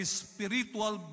spiritual